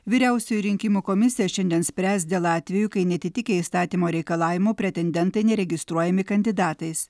vyriausioji rinkimų komisija šiandien spręs dėl atvejų kai neatitikę įstatymo reikalavimų pretendentai neregistruojami kandidatais